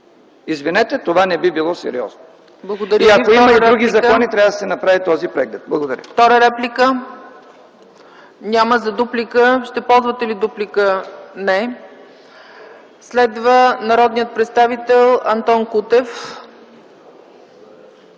Извинете, това не би било сериозно. И ако има и други закони, трябва да се направи този преглед.